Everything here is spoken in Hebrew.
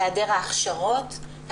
היעדר ההכשרות,